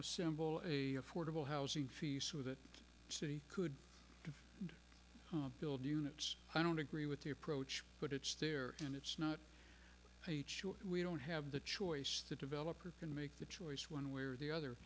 assemble a fordable housing fees so that city could build units i don't agree with the approach but it's there and it's not we don't have the choice the developer can make the choice one way or the other